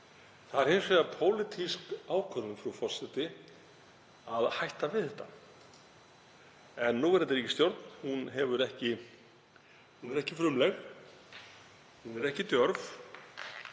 Það er hins vegar pólitísk ákvörðun, frú forseti, að hætta við þetta. En núverandi ríkisstjórn er ekki frumleg, hún er ekki djörf